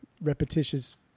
repetitious